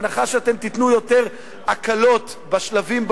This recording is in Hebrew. בהנחה שאתם תיתנו יותר הקלות בשלבים,